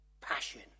Passion